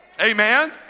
amen